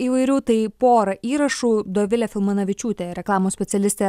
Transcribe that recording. įvairių tai porą įrašų dovilė filmanavičiūtė reklamos specialistė